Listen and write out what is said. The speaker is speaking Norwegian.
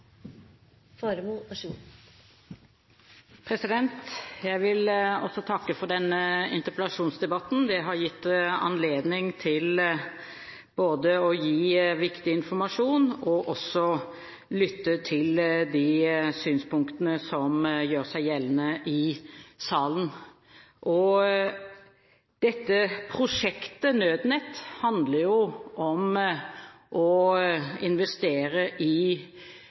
Jeg vil også takke for interpellasjonsdebatten. Den har gitt anledning til både å gi viktig informasjon og å lytte til de synspunktene som gjør seg gjeldende i salen. Prosjektet Nødnett handler om å investere i